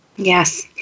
Yes